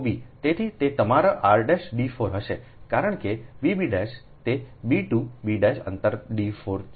તેથી તે તમારું r d 4 હશે કારણ કે bb તે b 2 b' અંતર d 4 છે